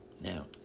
now